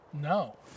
no